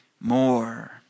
more